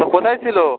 কোথায় ছিলো